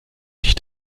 nicht